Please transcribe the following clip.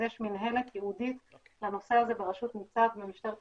אז יש מִנהלת ייעודית לנושא הזה בראשות ניצב במשטרת ישראל,